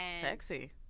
Sexy